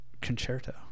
concerto